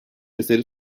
eseri